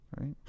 Right